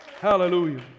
hallelujah